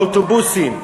באוטובוסים.